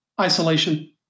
isolation